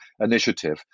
initiative